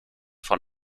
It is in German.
von